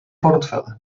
portfel